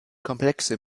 komplexe